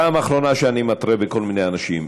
פעם אחרונה שאני מתרה בכל מיני אנשים.